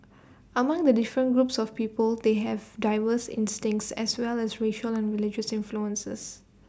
among the different groups of people they have diverse instincts as well as racial and religious influences